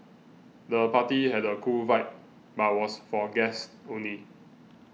the party had a cool vibe but was for guests only